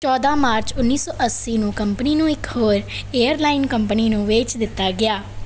ਚੌਦ੍ਹਾਂ ਮਾਰਚ ਉੱਨੀ ਸੌ ਅੱਸੀ ਨੂੰ ਕੰਪਨੀ ਨੂੰ ਇੱਕ ਹੋਰ ਏਅਰਲਾਈਨ ਕੰਪਨੀ ਨੂੰ ਵੇਚ ਦਿੱਤਾ ਗਿਆ